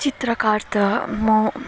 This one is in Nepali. चित्रकार त म